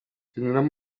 tindran